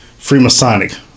Freemasonic